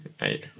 right